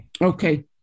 Okay